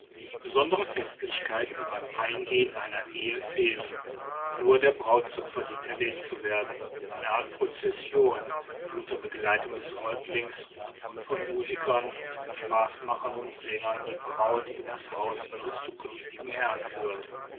besondere festlichkeiten beim eingehen einer ehe fehlen nur der brautzug verdient erwähnt zu werden eine art prozession die unter begleitung des häuptlings und von musikern spaßmachern und sängern die braut in das haus ihres zukünftigen herrn führt